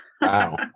Wow